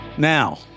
Now